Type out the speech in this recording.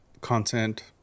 content